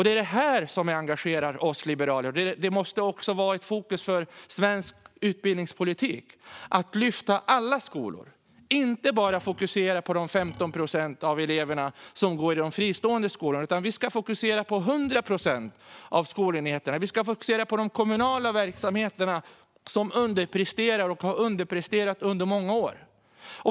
Det är detta som engagerar oss liberaler, och det måste vara ett fokus även för svensk utbildningspolitik att lyfta alla skolor och inte bara fokusera på de 15 procent av eleverna som går i de fristående skolorna. Vi ska fokusera på 100 procent av skolenheterna, och vi ska fokusera på de kommunala verksamheter som underpresterar och har underpresterat under många år.